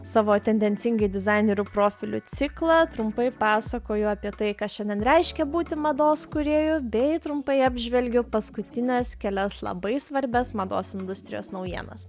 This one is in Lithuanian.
savo tendencingai dizainerių profilių ciklą trumpai pasakoju apie tai ką šiandien reiškia būti mados kūrėju bei trumpai apžvelgiu paskutines kelias labai svarbias mados industrijos naujienas